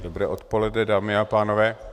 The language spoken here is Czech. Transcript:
Dobré odpoledne, dámy a pánové.